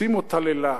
לשים אותה ללעג?